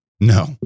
No